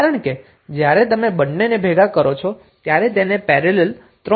કારણ કે જ્યારે તમે બંનેને ભેગા કરો છો ત્યારે તેને પેરેલલ 3 એમ્પિયર મળે છે